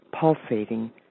pulsating